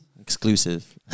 Exclusive